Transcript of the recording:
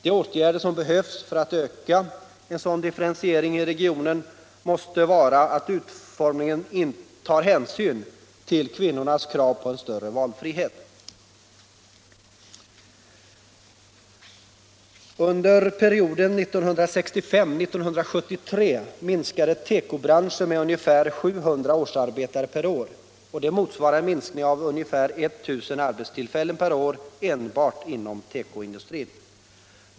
De åtgärder som behövs för att öka differentieringen i regionen måste således utformas så att de tar hänsyn till kvinnornas krav på större valfrihet. Under perioden 1965-1973 minskade tekobranschen med ungefär 700 årsarbetare. Detta motsvarar en minskning med ungefär 1 000 arbetstillfällen per år enbart inom tekoindustrin.